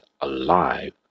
alive